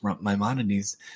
Maimonides